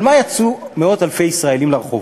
על מה יצאו מאות אלפי ישראלים לרחובות?